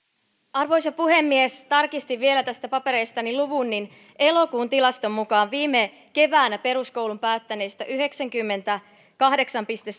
arvoisa puhemies tarkistin vielä tästä papereistani luvun elokuun tilaston mukaan viime keväänä peruskoulun päättäneistä yhdeksänkymmentäkahdeksan pilkku